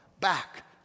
back